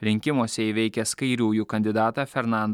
rinkimuose įveikęs kairiųjų kandidatą fernandą